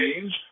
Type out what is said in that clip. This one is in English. change